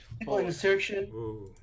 Insertion